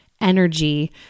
energy